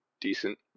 Decent